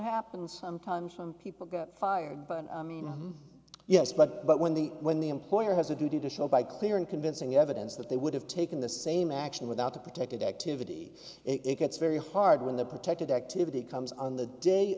happens sometimes some people get fired but yes but but when the when the employer has a duty to show by clear and convincing evidence that they would have taken the same action without a protected activity it gets very hard when they're protected activity comes on the day